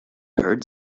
heard